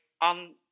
on